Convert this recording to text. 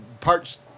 parts